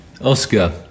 Oscar